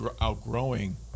outgrowing